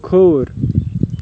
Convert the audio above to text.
کھووُر